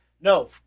No